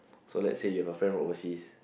so let's say you have a friend from overseas